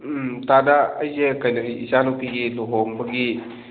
ꯎꯝ ꯇꯥꯗ ꯑꯩꯁꯦ ꯀꯩꯅꯣꯒꯤ ꯏꯆꯥꯅꯨꯄꯤꯒꯤ ꯂꯨꯍꯣꯡꯕꯒꯤ